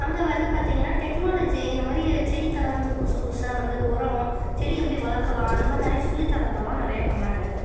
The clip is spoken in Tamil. அங்கே வந்து பார்த்திங்கனா டெக்னாலஜி இந்தமாதிரி செடிக்கெல்லாம் வந்து புதுசு புதுசாக வந்து உரம் செடி எப்படி வளர்க்கலாம் அந்தமாதிரி நிறையா சொல்லித்தரதெல்லாம் நிறையாப் பண்ணாங்க